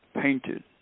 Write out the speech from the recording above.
painted